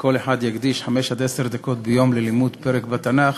שכל אחד יקדיש חמש עד עשר דקות ביום ללימוד פרק בתנ"ך,